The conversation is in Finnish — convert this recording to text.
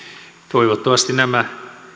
toivottavasti nämä